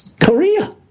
Korea